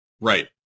Right